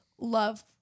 love